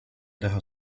teha